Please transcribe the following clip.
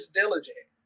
diligent